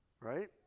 right